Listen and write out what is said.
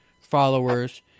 followers